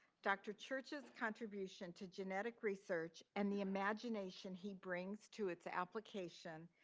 dr. church's contribution to genetic research, and the imagination he brings to its application,